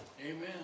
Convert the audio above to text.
Amen